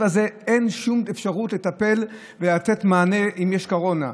הזה אין שום אפשרות לטפל ולתת מענה אם יש קורונה.